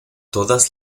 todas